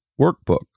workbook